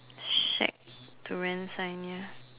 shack to rent sign ya